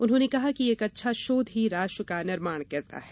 उन्होंने कहा कि एक अच्छा शोध ही राष्ट्र का निर्माण करता है